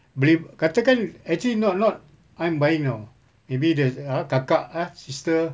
beli katakan actually not not I'm buying you know maybe the ah kakak eh sister